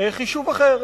חישוב אחר.